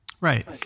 Right